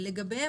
האלה,